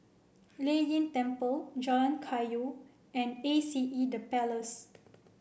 Lei Yin Temple Jalan Kayu and A C E The Place